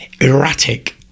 Erratic